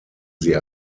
sie